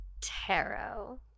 Tarot